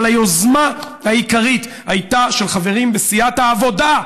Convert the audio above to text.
אבל היוזמה העיקרית הייתה של חברים בסיעת העבודה.